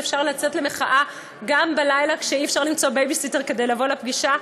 שאפשר לצאת למחאה גם בלילה כשאי-אפשר למצוא בייביסיטר כדי לבוא לפגישה.